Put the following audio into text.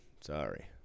Sorry